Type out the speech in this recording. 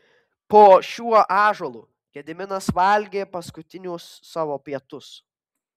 po šiuo ąžuolu gediminas valgė paskutinius savo pietus